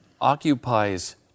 occupies